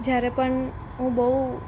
જ્યારે પણ હું બહુ